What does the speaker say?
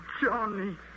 Johnny